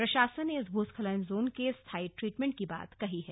प्रशासन ने इस भूस्खलन जोन के स्थायी ट्रीटमेंट की बात कही है